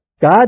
God